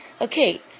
Okay